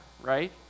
right